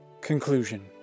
Conclusion